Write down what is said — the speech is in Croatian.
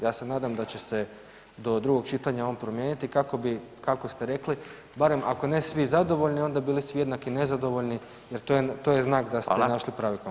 Ja se nadam da će se do drugog čitanja on promijeniti kako bi kako ste rekli, barem ako ne svi zadovoljni, onda bili svi jednaki nezadovoljni jer to je znak da ste našli pravi kompromis.